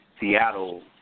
Seattle